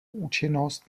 účinnost